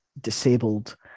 disabled